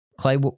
Clay